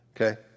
okay